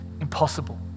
impossible